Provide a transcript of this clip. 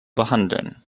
behandeln